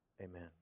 Amen